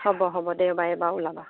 হ'ব হ'ব দে বাৰু এইবাৰ ওলাবা